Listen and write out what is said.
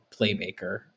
playmaker